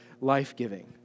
life-giving